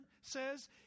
says